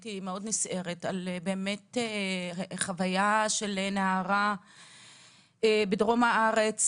הייתי מאוד נסערת על חוויה של נערה בדרום הארץ,